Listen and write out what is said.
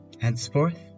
henceforth